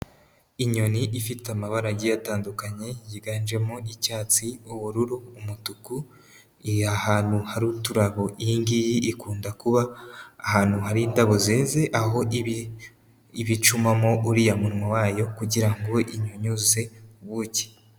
Inyoni ifite amabara agiye atandukanye yiganjemo icyatsi, ubururu, umutuku iri ahantu hari uturabo. Iyi ngiyi ikunda kuba ahantu hari indabo zeze, aho iba icumamo uriya munwa wayo kugira ngo inyunyuze ubuki.